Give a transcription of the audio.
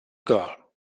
girl